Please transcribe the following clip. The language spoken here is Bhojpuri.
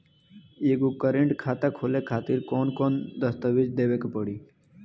एगो करेंट खाता खोले खातिर कौन कौन दस्तावेज़ देवे के पड़ी?